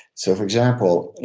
so for example,